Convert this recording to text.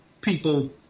people